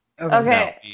Okay